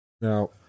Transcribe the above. Now